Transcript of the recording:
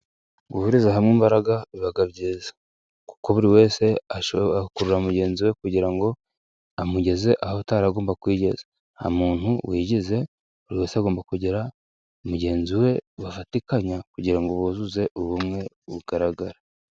Guhuriza hamwe imbaraga biba byiza kuko buri wese akurura mugenzi we, kugira ngo amugeze aho ataragomba kwigeza, nta muntu wigize buri wese agomba kugira mugenzi we bafatikanya kugira ngo buzuze ubumwe bugaragara.